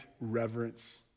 reverence